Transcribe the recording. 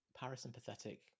parasympathetic